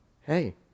Hey